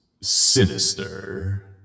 sinister